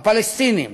הפלסטינים,